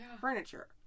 furniture